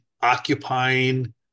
occupying